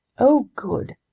oh good!